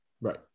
Right